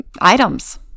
items